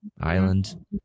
island